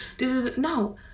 No